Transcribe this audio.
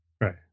Right